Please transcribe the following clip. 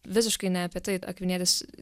visiškai ne apie tai akvinietis